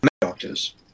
doctors